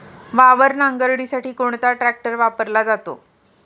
वावर नांगरणीसाठी कोणता ट्रॅक्टर वापरला जातो?